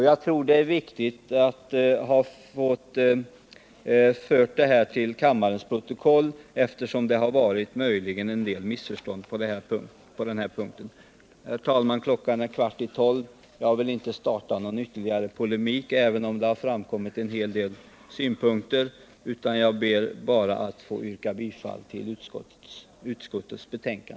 Jag tror det är viktigt att få detta fört till kammarens protokoll, eftersom det möjligen varit en del missförstånd på den här punkten. Herr talman! Klockan är en kvart i tolv. Jag vill inte starta någon ytterligare polemik, även om det har framkommit en hel del synpunkter, utan jag ber bara att få yrka bifall till utskottets hemställan.